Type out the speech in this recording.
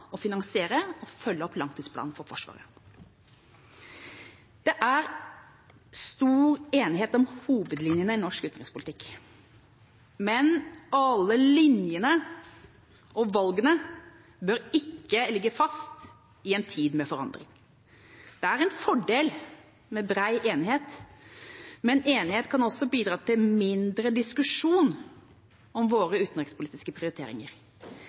å finansiere og følge opp langtidsplanen for Forsvaret. Det er stor enighet om hovedlinjene i norsk utenrikspolitikk. Men alle linjene og valgene bør ikke ligge fast i en tid med forandringer. Det er en fordel med bred enighet, men enighet kan også bidra til mindre diskusjon om våre utenrikspolitiske prioriteringer.